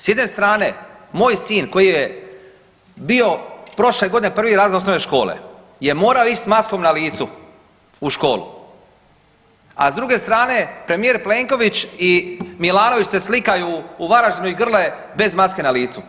S jedne strane, moj sin koji je bio prošle godine 1. razred osnovne škole je morao ić s maskom na licu u školu, a s druge strane, premijer Plenković i Milanović se slikaju u Varaždinu i grle bez maske na licu.